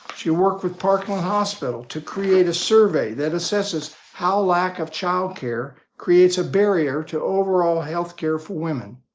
she worked with parkland hospital to create a survey that assesses how lack of childcare creates a barrier to overall healthcare for women.